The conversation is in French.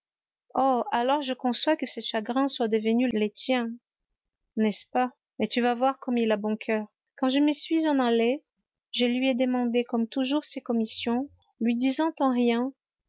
oh alors je conçois que ses chagrins soient devenus les tiens n'est-ce pas mais tu vas voir comme il a bon coeur quand je me suis en allée je lui ai demandé comme toujours ses commissions lui disant en riant